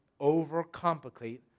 overcomplicate